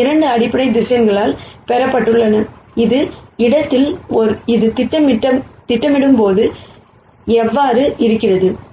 2 அடிப்படை வெக்டார்களால் பரப்பப்பட்ட ஒரு இடத்தில் இது திட்டமிடப்படும் போது இவ்வாறு ஆகிறது